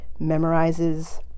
memorizes